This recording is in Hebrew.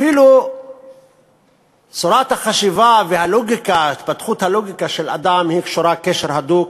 אפילו צורת החשיבה והתפתחות הלוגיקה של האדם קשורות קשר הדוק